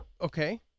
Okay